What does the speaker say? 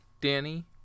Danny